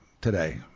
today